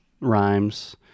rhymes